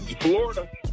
Florida